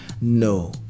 No